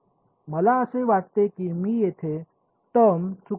मला असे वाटते की मी येथे टर्म चुकली आहे का